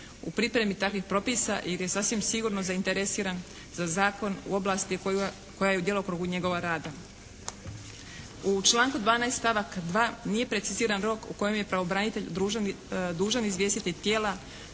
u pripremi takvih propisa jer je sasvim sigurno zainteresiran za zakon u oblasti koja je u djelokrugu njegova rada. U članku 12. stavak 2. nije preciziran rok u kojem je pravobranitelj dužan izvijestiti tijela